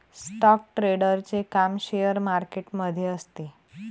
stock ट्रेडरचे काम share market मध्ये असते